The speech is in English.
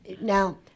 Now